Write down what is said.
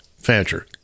Fancher